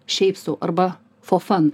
šiaip sau arba fofan